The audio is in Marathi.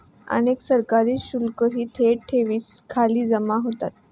अनेक सरकारी शुल्कही थेट ठेवींखाली जमा होतात